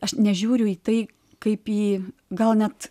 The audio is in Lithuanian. aš nežiūriu į tai kaip į gal net